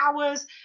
hours